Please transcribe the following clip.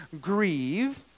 grieve